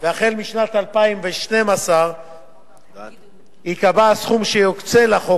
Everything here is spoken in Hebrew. והחל משנת 2012 ייקבע הסכום שיוקצה לחוק